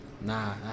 Nah